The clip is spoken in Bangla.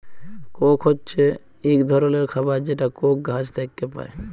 কোক হছে ইক ধরলের খাবার যেটা কোক গাহাচ থ্যাইকে পায়